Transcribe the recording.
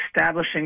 establishing